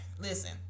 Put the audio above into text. listen